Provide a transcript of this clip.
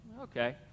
Okay